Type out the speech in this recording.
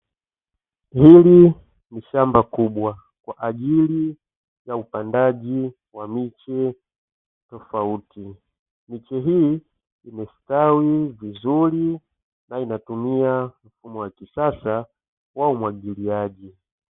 Hili ni shamba kubwa kwa ajili ya upandaji wa miche tofauti. Miche hii imestawi vizuri na inatumia mfumo wa kisasa wa umwagiliaji.